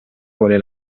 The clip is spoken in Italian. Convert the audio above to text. vuole